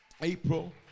April